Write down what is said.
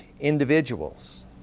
individuals